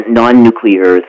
non-nuclear